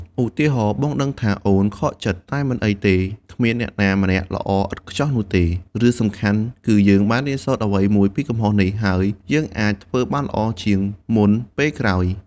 ឧទាហរណ៍ បងដឹងថាអូនខកចិត្ត តែមិនអីទេ គ្មានអ្នកណាម្នាក់ល្អឥតខ្ចោះនោះទេ។ រឿងសំខាន់គឺយើងបានរៀនអ្វីមួយពីកំហុសនេះ ហើយយើងអាចធ្វើបានល្អជាងមុនពេលក្រោយ។